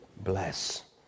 bless